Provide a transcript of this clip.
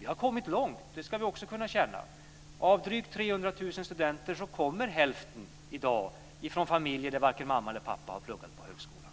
Vi har kommit långt. Av drygt 300 000 studenter kommer i dag hälften från familjer där varken mamma eller pappa har pluggat vid högskolan.